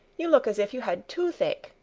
you look as if you had toothache,